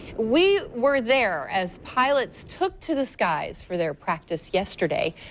we were there as pilots took to the skies for their practice yesterday.